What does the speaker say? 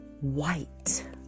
white